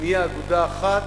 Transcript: ונהיה אגודה אחת